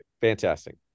Fantastic